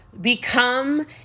become